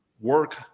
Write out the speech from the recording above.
work